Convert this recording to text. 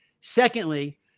Secondly